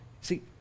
see